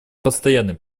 постоянный